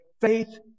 faith